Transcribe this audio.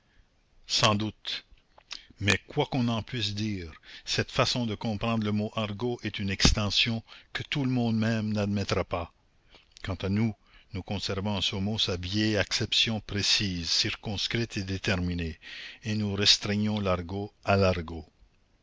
sans doute mais quoi qu'on en puisse dire cette façon de comprendre le mot argot est une extension que tout le monde même n'admettra pas quant à nous nous conservons à ce mot sa vieille acception précise circonscrite et déterminée et nous restreignons l'argot